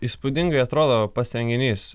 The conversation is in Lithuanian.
įspūdingai atrodo pats renginys